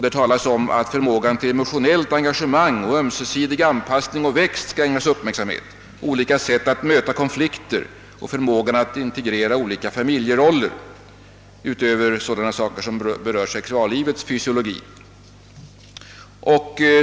Det talas också om att förmågan till emotionellt engagemang, ömsesidig anpassning och växt skall ägnas uppmärksamhet liksom olika sätt att möta konflikter och integrera olika familjeroller utöver vad som berör sexuallivets fysiologi.